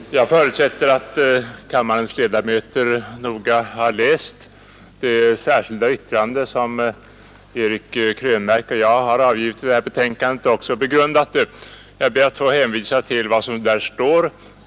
Herr talman! Jag förutsätter att kammarens ledamöter noga har läst det särskilda yttrande som Eric Krönmark och jag har avgivit till det här betänkandet och också begrundat det. Jag ber att få hänvisa till vad som där står.